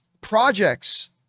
projects